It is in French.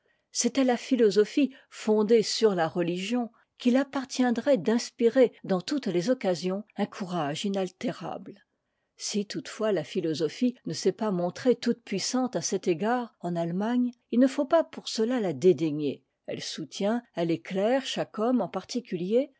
c'est à la philosophie fondée sur la religion qu'il appartiendrait d'inspirer dans toutes les occasions un courage inaltérable si toutefois la philosophie ne s'est pas montrée toute-puissante à cet égard en allemagne il no faut pas pour cela la dédaigner elle soutient elle éclaire chaque homme en particulier